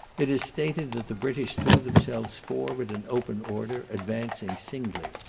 it is stated that the british threw themselves forward in open order, advancing singly.